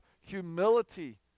humility